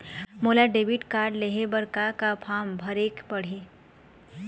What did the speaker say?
मोला debit card लेहे बर का का फार्म भरेक पड़ही?